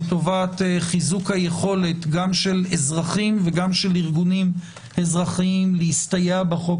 לטובת חיזוק היכולת גם של אזרחים וגם של ארגונים אזרחיים להסתייע בחוק